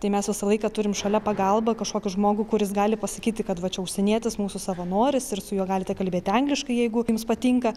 tai mes visą laiką turim šalia pagalbą kažkokį žmogų kuris gali pasakyti kad va čia užsienietis mūsų savanoris ir su juo galite kalbėti angliškai jeigu jums patinka